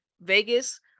Vegas –